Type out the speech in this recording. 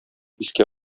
искә